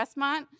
Westmont